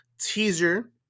teaser